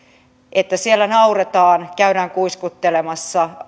siellä nauretaan ääneen käydään kuiskuttelemassa